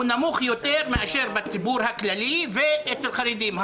נמוך יותר מאשר בציבור הכללי ואצל החרדים,